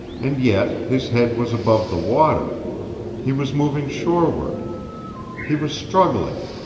and yet his head was above the water he was moving shoreward he was struggling